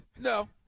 No